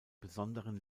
besonderen